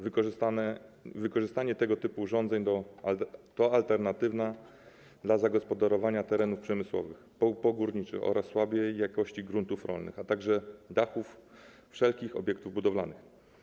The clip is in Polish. Wykorzystanie tego typu urządzeń to alternatywa dla zagospodarowania terenów przemysłowych, pogórniczych oraz słabej jakości gruntów rolnych, a także dachów wszelkich obiektów budowlanych.